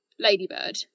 Ladybird